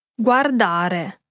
Guardare